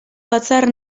batzar